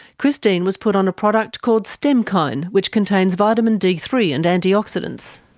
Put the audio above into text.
christine was put on a product called stemkine, which contains vitamin d three and antioxidants.